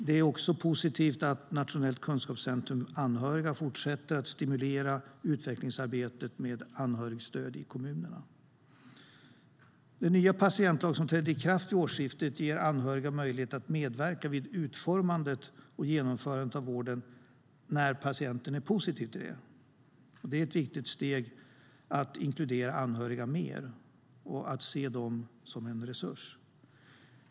Det är också positivt att Nationellt kunskapscentrum för anhöriga fortsätter att stimulera utvecklingsarbetet med anhörigstöd i kommunerna. Den nya patientlag som trädde i kraft vid årsskiftet ger anhöriga möjlighet att medverka vid utformandet och genomförandet av vården när patienten är positiv till det. Det är ett viktigt steg att inkludera anhöriga mer och att se dem som en resurs.